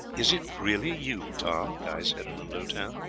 is it really you, tom? guy said in a low tone.